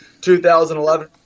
2011